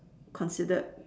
considered